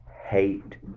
hate